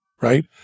right